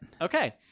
Okay